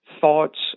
thoughts